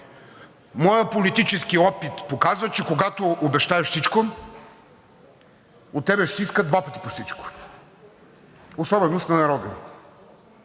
Моят политически опит показва, че когато обещаеш всичко, от тебе ще искат два пъти по всичко – особеност на народа